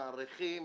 מאריכים